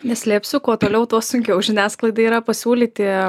neslėpsiu kuo toliau tuo sunkiau žiniasklaidai yra pasiūlyti